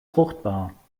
fruchtbar